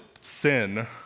sin